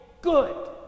good